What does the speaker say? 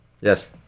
Yes